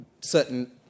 certain